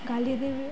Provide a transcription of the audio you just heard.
ଗାଳି ଦେବେ